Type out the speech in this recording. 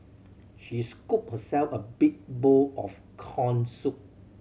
she scooped herself a big bowl of corn soup